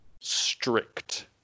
strict